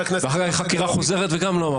ואחר כך חקירה חוזרת, וגם לא אמרת.